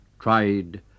tried